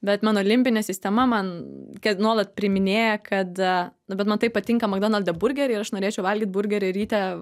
bet man olimpinė sistema man nuolat priminėja kad nu bet man tai patinka makdonalde burgerį ir aš norėčiau valgyt burgerį ryte